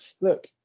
Look